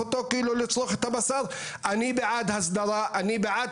כי אני חושב שבאמת הביקורת היא חשובה ביותר.